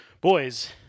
Boys